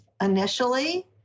initially